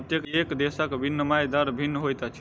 प्रत्येक देशक विनिमय दर भिन्न होइत अछि